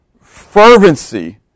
fervency